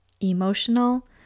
emotional